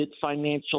financial